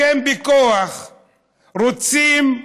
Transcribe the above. אתם בכוח רוצים,